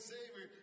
Savior